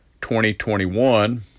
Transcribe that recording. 2021